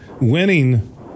winning